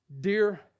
Dear